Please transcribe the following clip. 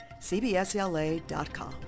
CBSLA.com